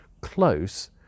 close